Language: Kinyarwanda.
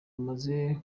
amaze